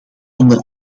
onder